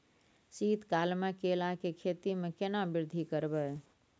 शीत काल मे केला के खेती में केना वृद्धि करबै?